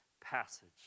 passage